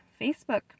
Facebook